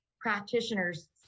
practitioners